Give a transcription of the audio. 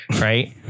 right